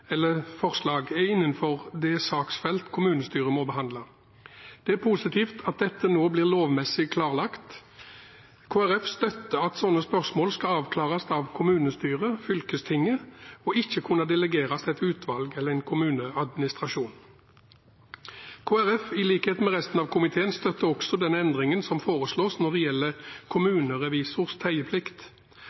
eller forslag er innenfor det saksfelt kommunestyret må behandle. Det er positivt at dette nå blir lovmessig klarlagt. Kristelig Folkeparti støtter at slike spørsmål skal avklares av kommunestyret eller fylkestinget og ikke kunne delegeres til et utvalg eller til kommuneadministrasjonen. Kristelig Folkeparti, i likhet med resten av komiteen, støtter også den endringen som foreslås når det gjelder kommunerevisors